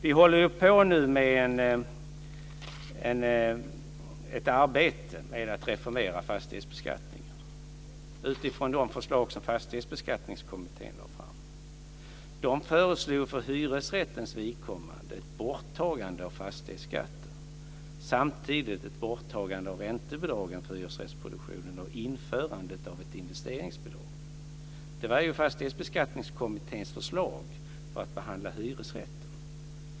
Vi bedriver nu ett arbete för att reformera fastighetsbeskattningen utifrån de förslag som Fastighetsbeskattningskommittén lade fram. Fastighetsbeskattningskommittén föreslog för hyresrättens vidkommande ett borttagande av fastighetsskatten och samtidigt ett borttagande av räntebidragen för hyresrättsproduktionen och införande av ett investeringsbidrag. Detta var ju Fastighetsbeskattningskommitténs förslag beträffande hyresrätten.